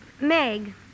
Meg